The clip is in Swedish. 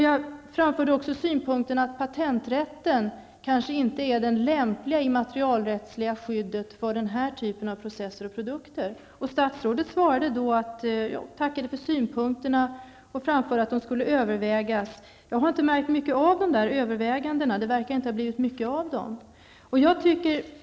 Jag framförde också synpunkten att patenträtten kanske inte är det lämpliga immaterialrättsliga skyddet för denna typ av processer och produkter. Statsrådet tackade för synpunkterna och framförde att de skulle övervägas. Jag har inte märkt mycket av dessa överväganden. Det verkar inte ha blivit mycket av dem.